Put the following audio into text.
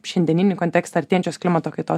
šiandieninį kontekstą artėjančios klimato kaitos